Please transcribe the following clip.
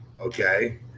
okay